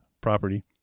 property